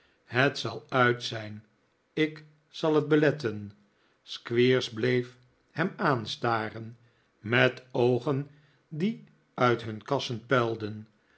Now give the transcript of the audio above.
het zal uit zijn ik zal het beletten squeers bleef hem aanstaren met oogea die uit hun kassen puilden